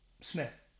Smith